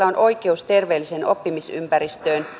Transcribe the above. on oikeus terveelliseen oppimisympäristöön